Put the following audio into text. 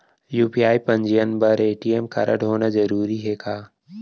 UPI पंजीयन बर ATM कारडहोना जरूरी हे का?